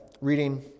reading